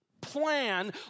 plan